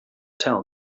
tell